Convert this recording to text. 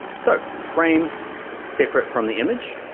so frame separate from the image.